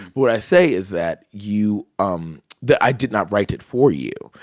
but what i say is that you um that i did not write it for you,